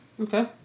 Okay